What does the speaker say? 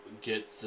get